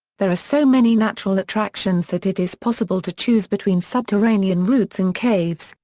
there are so many natural attractions that it is possible to choose between subterranean routes in caves,